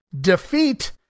defeat